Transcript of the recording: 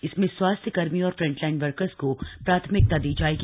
इसमें स्वास्थ्यकर्मियों और फ्रंटलाइन वर्कर्स को प्राथमिकता दी जाएगी